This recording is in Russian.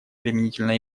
применительно